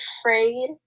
afraid